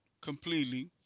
completely